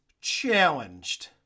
challenged